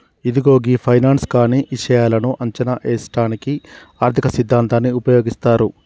ఇదిగో గీ ఫైనాన్స్ కానీ ఇషాయాలను అంచనా ఏసుటానికి ఆర్థిక సిద్ధాంతాన్ని ఉపయోగిస్తారు